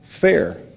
fair